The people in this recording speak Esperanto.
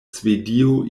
svedio